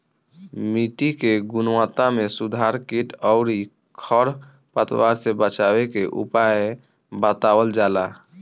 मिट्टी के गुणवत्ता में सुधार कीट अउरी खर पतवार से बचावे के उपाय बतावल जाला